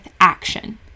action